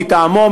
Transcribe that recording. מטעמו,